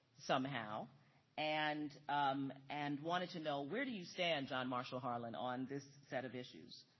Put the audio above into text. somehow and um and wanted to know where do you stand john marshall harlan on this set of issues.